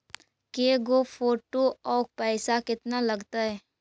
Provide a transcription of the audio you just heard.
के गो फोटो औ पैसा केतना लगतै?